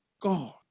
God